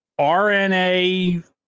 RNA